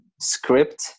script